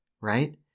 right